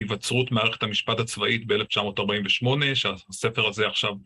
היווצרות מערכת המשפט הצבאית ב-1948 שהספר הזה עכשיו...